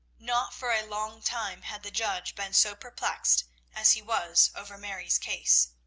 not for a long time had the judge been so perplexed as he was over mary's case.